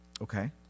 Okay